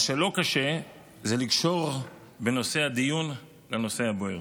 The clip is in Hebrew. מה שלא קשה זה לקשור את נושא הדיון לנושא הבוער.